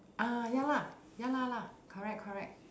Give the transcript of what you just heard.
uh ya lah ya lah lah correct correct